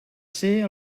ser